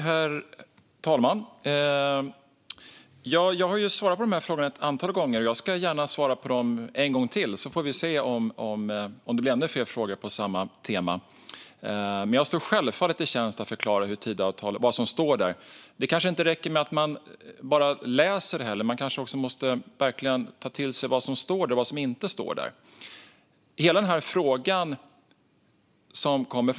Herr talman! Jag har svarat på dessa frågor ett antal gånger, men jag svarar gärna på dem en gång till. Sedan får vi se om det blir ännu fler frågor på samma tema. Jag står självfallet till tjänst med att förklara vad som står i Tidöavtalet. Det räcker kanske inte att bara läsa det, utan man måste nog också ta till sig vad det står.